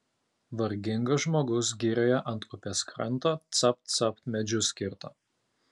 vargingas žmogus girioje ant upės kranto capt capt medžius kirto